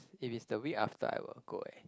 if it's the week after I will go eh